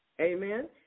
Amen